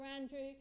Andrew